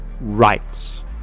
rights